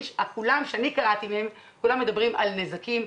כולם מדברים על נזקים,